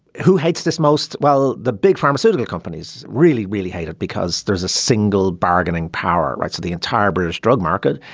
who hates this most. well the big pharmaceutical companies really really hate it because there's a single bargaining power right to the entire british drug market.